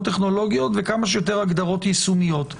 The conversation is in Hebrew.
טכנולוגיות וכמה שיותר הגדרות יישומיות,